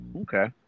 Okay